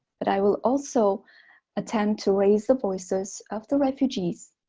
but i will also attempt to raise the voices of the refugees,